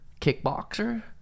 kickboxer